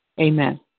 Amen